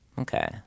Okay